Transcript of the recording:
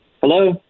Hello